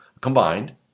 combined